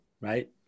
Right